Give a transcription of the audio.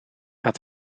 had